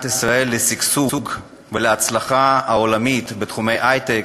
ישראל לשגשוג ולהצלחה העולמית בתחומי ההיי-טק,